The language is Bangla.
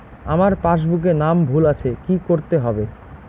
আমার পাসবুকে নাম ভুল আছে কি করতে হবে?